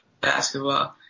basketball